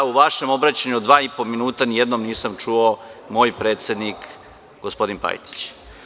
U vašem obraćanju od dva i po minuta nijednom nisam čuo – moj predsednik gospodin Pajtić.